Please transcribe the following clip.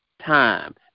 time